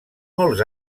molts